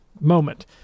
moment